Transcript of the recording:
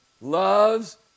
loves